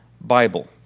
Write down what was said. Bible